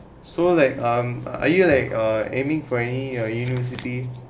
so like erm are you like uh aiming for any university